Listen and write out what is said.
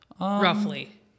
Roughly